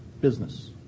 Business